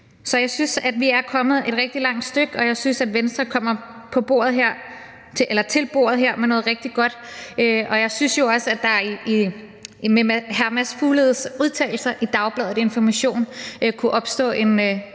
Så jeg synes, at vi er kommet et rigtig langt stykke, og jeg synes, at Venstre kommer til bordet med noget rigtig godt. Jeg synes også, at der med hr. Mads Fugledes udtalelser i Dagbladet Information kunne opstå en